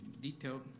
detailed